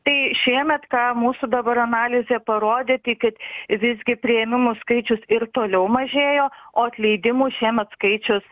tai šiemet ką mūsų dabar analizė parodė tai kad visgi priėmimų skaičius ir toliau mažėjo o atleidimų šiemet skaičius